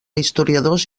historiadors